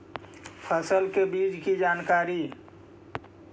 फसल के बीज की जानकारी?